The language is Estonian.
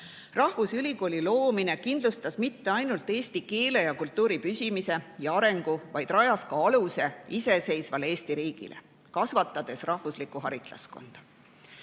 Rahvusülikooli loomine kindlustas mitte ainult eesti keele ja kultuuri püsimise ja arengu, vaid rajas ka aluse iseseisvale Eesti riigile, kasvatades rahvuslikku haritlaskonda.